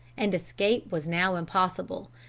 and escape was now impossible.